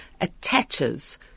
attaches